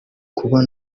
kuba